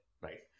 right